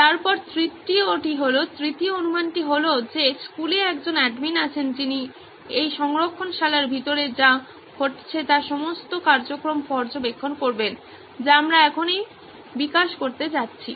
তারপর তৃতীয় টি হল তৃতীয় অনুমানটি হল যে স্কুলে একজন অ্যাডমিন আছেন যিনি এই সংরক্ষণশালার ভিতরে যা ঘটছে তার সমস্ত কার্যক্রম পর্যবেক্ষণ করবেন যা আমরা এখনই বিকাশ করতে যাচ্ছি